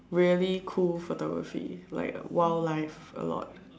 really cool photography like wildlife a lot